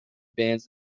bands